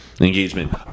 Engagement